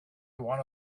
one